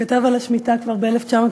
שכתב על השמיטה כבר ב-1928,